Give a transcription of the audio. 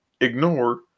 ignore